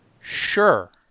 Sure